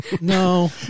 No